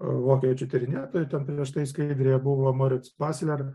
vokiečių tyrinėtojų ten prieš tai skaidrėje buvo maric pasler